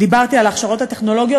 דיברתי על ההכשרות הטכנולוגיות,